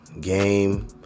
Game